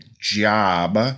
job